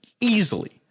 easily